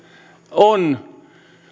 on